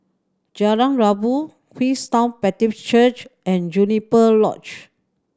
Jalan Rabu Queenstown Baptist Church and Juniper Lodge